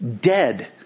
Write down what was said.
Dead